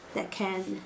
that can